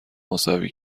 مساوی